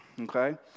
okay